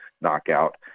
knockout